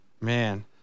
Man